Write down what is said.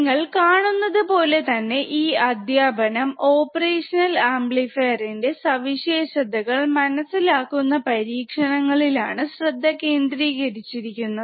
നിങ്ങൾ കാണുന്നത് പോലെ തന്നെ ഈ അധ്യാപനം ഓപ്പറേഷണൽ ആംപ്ലിഫയഫയ റിന്റെ സവിശേഷതകൾ മനസ്സിലാക്കുന്ന പരീക്ഷണങ്ങളിലാണ് കേന്ദ്രീകരിച്ചിരിക്കുന്നത്